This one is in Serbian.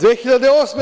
2008.